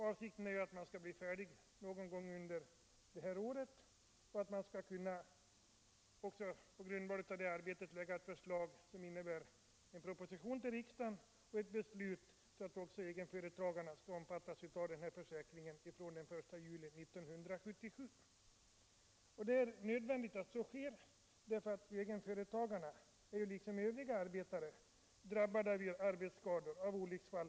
Avsikten är att kommittén skall bli färdig någon gång under innevarande år och att en proposition skall läggas fram för riksdagen i så god tid att också egenföretagarna skall kunna omfattas av försäkringen fr.o.m. den 1 juli 1977. Det är nödvändigt att så sker, därför att egenföretagare lika väl som lönearbetare är drabbade av arbetsskador, dvs.